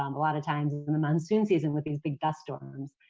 um a lot of times it's in the monsoon season with these big dust storms.